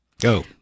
Go